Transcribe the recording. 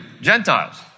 Gentiles